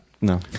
No